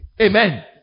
Amen